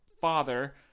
father